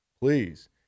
please